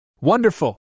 Wonderful